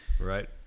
Right